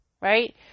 right